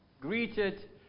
greeted